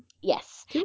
Yes